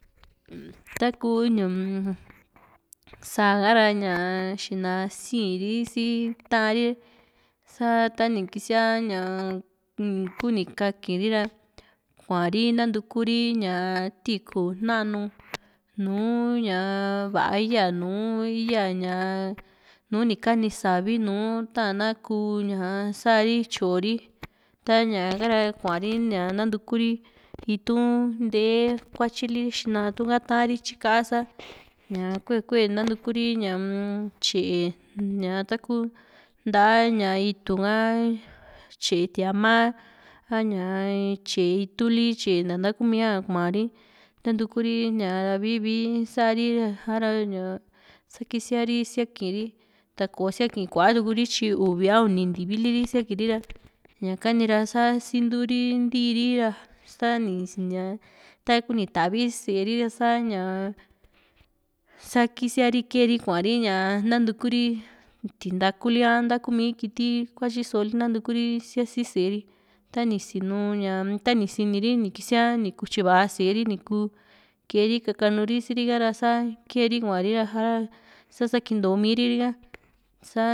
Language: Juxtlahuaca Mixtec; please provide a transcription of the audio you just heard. takuu ñaa sáa ka´ra ña xina sii´nri si ta´ri sa tani kisia ña kuni kakiri ra kuari nantuku ri ña tiku nanu nuu ña va´a iya nùù ni kani savi nùù ta´na kuu ña sa´ri tyori ta´ñaka ra kuari ña nantukuri itu´n ntee kuatyili xina tuka tarii tyi ka´a sa ña kue kue nantukuri ñaa-m tye´e taku ntaa itu´ka tye´e tia´ma ka ña tye´e itu´n li tye nta ntakumia kuari nantuku ri ña´ra vii vii sa´ri ha´ra ña sa kisiari siaki ritako siaki kuatuku ri tyi uvi a uni ntivili ri siakiri ra ñakani ra sa siínturi nti´i rira sa takuni tavi sée ri ra sa´ña sa kisiari keeri kuari ña nantuku ri tintakuli a nta kumi kiti kuatyiso li nantukuri siasi séeri tani sinu ña ta´ni siniri ni kisia ni kutyiva sée ri ni ku keeri kakanu ri si´ri ka´ra sa keri kuari sa´ra sa sakintomiri ri´ka sa.